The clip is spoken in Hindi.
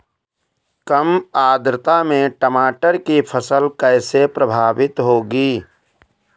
कम आर्द्रता में टमाटर की फसल कैसे प्रभावित होगी?